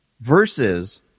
versus